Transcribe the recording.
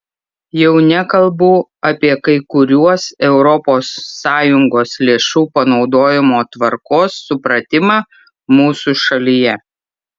jau nekalbu apie kai kuriuos europos sąjungos lėšų panaudojimo tvarkos supratimą mūsų šalyje